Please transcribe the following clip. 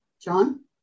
John